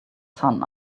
sun